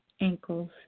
ankles